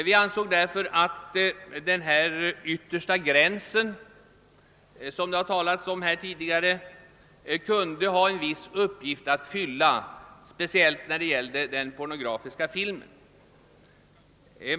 Vi ansåg att den yttersta gräns, som det har talats om här tidigare, kunde ha en viss uppgift att fylla, speciellt vad beträffar den pornografiska filmen.